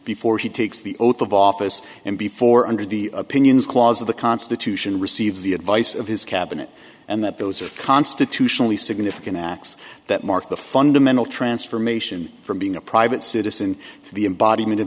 before he takes the oath of office and before under the opinions clause of the constitution receives the advice of his cabinet and that those are constitutionally significant acts that mark the fundamental transformation from being a private citizen to the embod